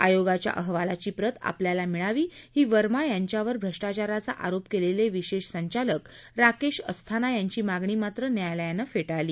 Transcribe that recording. आयोगाच्या अहवालाची प्रत आपल्याला मिळावी ही वर्मा यांच्यावर भ्रष्टाचाराचा आरोप केलेले विशेष संचालक राकेश अस्थाना यांची मागणी मात्र न्यायालयानं फेटाळली